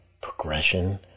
progression